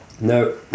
no